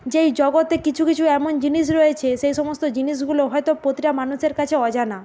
যেই জগতে কিছু কিছু এমন জিনিস রয়েছে সেই সমস্ত জিনিসগুলো হয়তো প্রতিটা মানুষের কাছে অজানা